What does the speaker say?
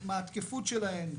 התקפות שלהן,